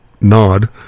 nod